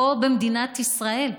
פה במדינת ישראל.